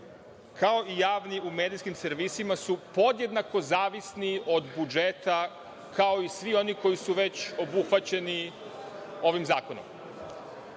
kao i u javnim medijskim servisima su podjednako zavisni od budžeta, kao i svi oni koji su obuhvaćeni ovim zakonom. Naime,